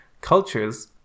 Cultures